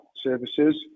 services